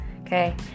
okay